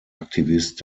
aktivist